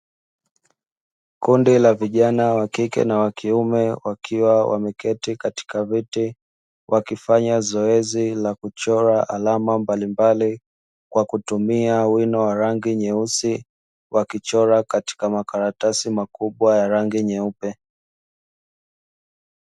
Kundi la vijana wa kike na wa kiume, wakiwa wameketi katika viti wakifanya zoezi la kuchora alama mbalimbali kwa kutumia wino wa rangi nyeusi, wakichora katika makaratasi makubwa ya rangi nyeupe.